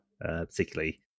particularly